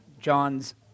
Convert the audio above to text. John's